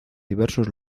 diversos